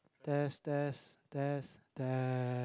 test test test test